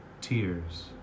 tears